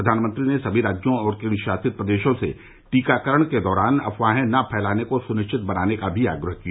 प्रधानमंत्री ने सभी राज्यों और केंद्र शासित प्रदेशों से टीकाकरण के दौरान अफवाहें न फैलाने को सुनिश्चित बनाने का भी आग्रह किया